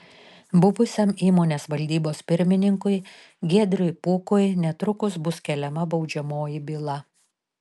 buvusiam įmonės valdybos pirmininkui giedriui pukui netrukus bus keliama baudžiamoji byla